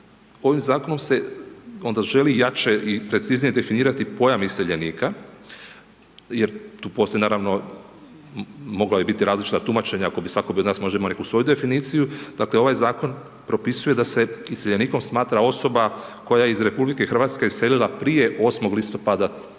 ovih zakonom se onda želi jače i preciznije definirati pojam iseljenika jer tu postoje naravno, mogla bi biti različita tumačenja, ako bi svatko od nas bi možda bi imao neku svoju definiciju, dakle ovaj zakon propisuje da se iseljenikom smatra osoba koja je iz RH iselila prije 8. listopada